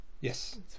Yes